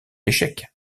échec